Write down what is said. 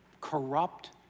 corrupt